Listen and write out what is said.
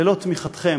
ללא תמיכתכם